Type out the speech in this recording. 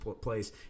place